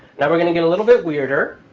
now, we're going to get a little bit weirder.